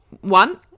one